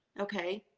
okay.